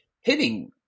hitting